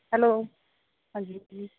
hello ਹਾਂਜੀ ਜੀ